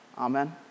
Amen